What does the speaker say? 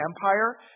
Empire